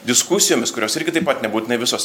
diskusijomis kurios irgi taip pat nebūtinai visos